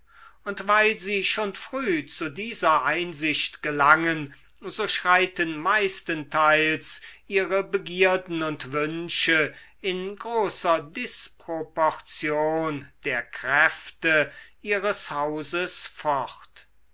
und weil sie schon früh zu dieser einsicht gelangen so schreiten meistenteils ihre begierden und wünsche in großer disproportion der kräfte ihres hauses fort